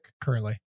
currently